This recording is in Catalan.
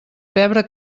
pebre